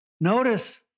Notice